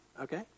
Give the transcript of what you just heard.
Okay